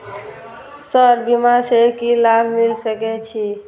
Sir बीमा से की लाभ मिल सके छी?